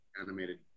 animated